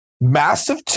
Massive